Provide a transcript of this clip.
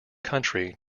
country